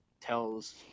tells